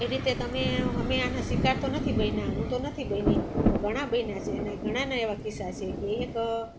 એ રીતે તમે અમે આને શિકાર તો નથી બન્યા હું તો નથી બની પણ ઘણા બન્યા છે એના ઘણાના એવા કિસ્સા છે એક